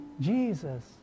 Jesus